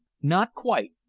not quite,